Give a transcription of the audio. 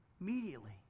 immediately